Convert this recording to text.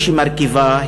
היא שמרכיבה,